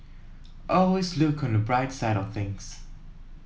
always look on the bright side of things